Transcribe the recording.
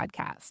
podcast